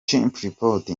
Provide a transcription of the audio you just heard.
chimpreports